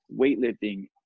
weightlifting